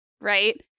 right